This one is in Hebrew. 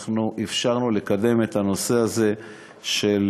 אנחנו אפשרנו לקדם את הנושא הזה של